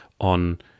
on